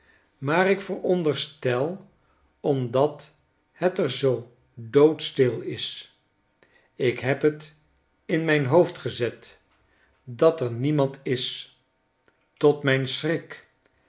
niet maarik vexonderstel omdat het er zoo doodstil is ik heb t in mijn hoofd gezet dat er niemand is tot mijn schrik